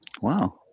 Wow